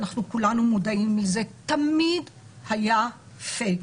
אנחנו כולנו מודעים לזה תמיד היה "פייק".